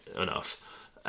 enough